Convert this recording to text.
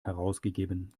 herausgegeben